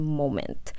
moment